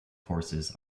courses